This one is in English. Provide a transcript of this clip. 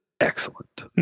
excellent